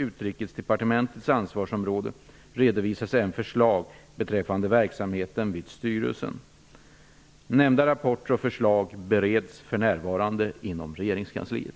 Utrikesdepartementets ansvarsområden, redovisas även förslag beträffande verksamheten vid Nämnda rapporter och förslag bereds för närvarande inom regeringskansliet.